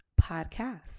Podcast